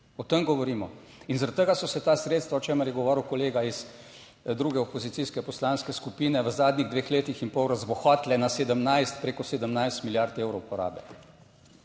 o tem govorimo. In zaradi tega so se ta sredstva, o čemer je govoril kolega iz druge opozicijske poslanske skupine, v zadnjih dveh letih in pol razbohotile na 17, preko 17 milijard evrov porabe.